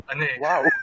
Wow